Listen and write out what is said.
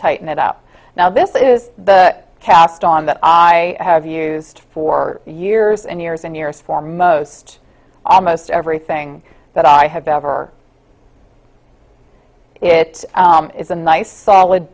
tighten it up now this is the cast on that i have used for years and years and years for most almost everything that i have ever it is a nice solid